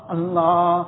Allah